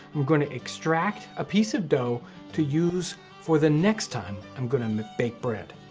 i'm going to extract a piece of dough to use for the next time i'm going to bake bread,